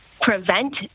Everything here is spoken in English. prevent